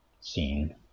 scene